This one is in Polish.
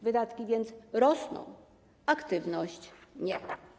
Wydatki więc rosną, aktywność nie.